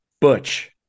Butch